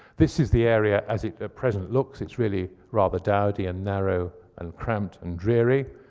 this is the area as it present looks. it's really rather dowdy and narrow and cramped and dreary.